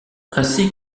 ainsi